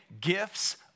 Gifts